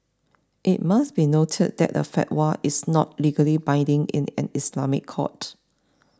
it must be noted that a fatwa is not legally binding in an Islamic court